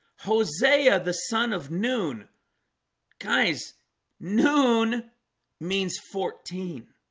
hosea the son of noon guys noon means fourteen